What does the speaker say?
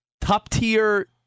top-tier